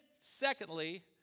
secondly